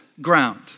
ground